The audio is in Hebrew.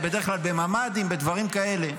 זה בדרך כלל בממ"דים, בדברים כאלה.